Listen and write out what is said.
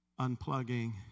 unplugging